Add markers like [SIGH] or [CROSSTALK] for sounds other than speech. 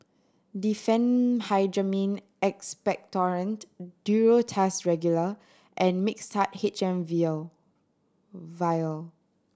Diphenhydramine Expectorant Duro Tuss Regular and Mixtard H M [UNINTELLIGIBLE] vial